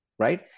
right